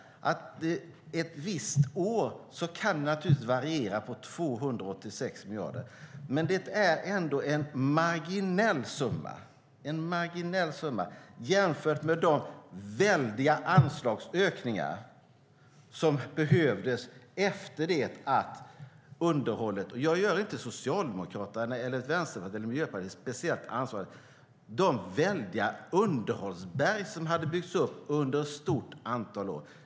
Ett visst år kan det naturligtvis variera med 286 miljoner. Men det är ändå en marginell summa, jämfört med de väldiga anslagsökningar som behövdes för det väldiga underhållsberg som hade byggts upp under ett stort antal år - jag gör inte Socialdemokraterna, Vänsterpartiet eller Miljöpartiet speciellt ansvariga.